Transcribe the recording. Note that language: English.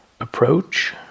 approach